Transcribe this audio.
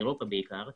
בעיקר באירופה,